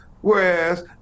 whereas